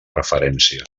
referència